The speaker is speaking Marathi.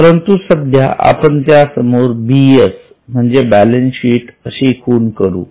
परंतु सध्या आपण त्या समोर BS म्हणजे बॅलन्सशीट अशी खूण करू